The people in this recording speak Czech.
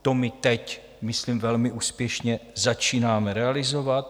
To my teď, myslím, velmi úspěšně začínáme realizovat.